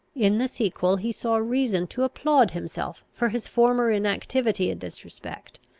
in the sequel, he saw reason to applaud himself for his former inactivity in this respect,